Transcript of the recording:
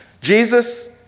Jesus